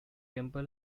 temple